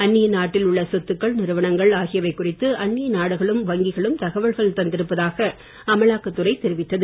அந்நிய நாட்டில் உள்ள சொத்துக்கள் நிறுவனங்கள் ஆகியவை குறித்து அந்நிய நாடுகளும் வங்கிகளும் தகவல்கள் தந்திருப்பதாக அமலாக்கத் துறை தெரிவித்தது